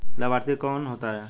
लाभार्थी कौन होता है?